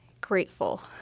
Grateful